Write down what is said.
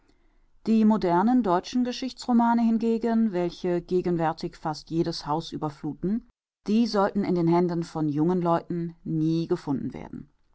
die modernen deutschen geschichtsromane hingegen welche gegenwärtig fast jedes haus überfluthen die sollten in den händen von jungen leuten nie gefunden werden